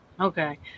Okay